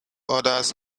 orders